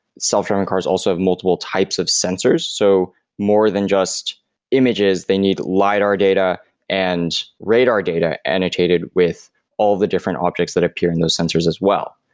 self-driving cars also have multiple types of sensors. so more than just images, they need lidar data and radar data annotated with all the different objects that appear in those sensors as well.